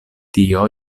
tio